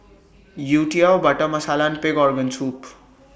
Youtiao Butter Masala and Pig Organ Soup